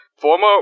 Former